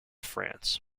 france